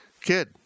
kid